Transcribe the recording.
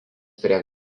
prie